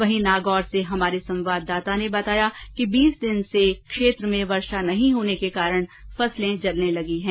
वहीं नागौर से हमारे संवाददाता ने बताया कि बीस दिन से खेत में वर्षा नहीं होने के कारण फसलें जलने लगी हैं